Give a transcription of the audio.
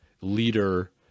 leader